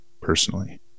personally